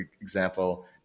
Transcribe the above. example